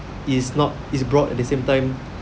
is not is broad at the same time